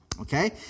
Okay